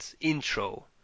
intro